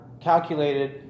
calculated